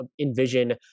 envision